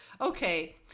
okay